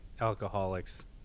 alcoholics